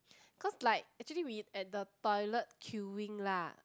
cause like actually we at the toilet queuing lah